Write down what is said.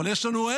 אבל יש לנו,